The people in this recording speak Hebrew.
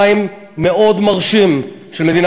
רוצים ללמוד?